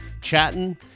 chatting